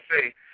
say